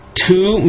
two